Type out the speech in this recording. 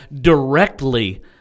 directly